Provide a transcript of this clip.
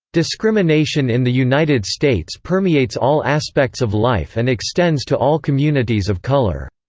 discrimination in the united states permeates all aspects of life and extends to all communities of color.